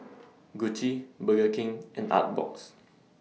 Gucci Burger King and Artbox